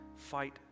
fight